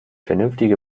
vernünftige